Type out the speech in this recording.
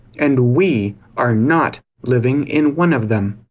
and we are not living in one of them.